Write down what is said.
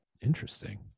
Interesting